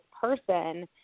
person